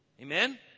Amen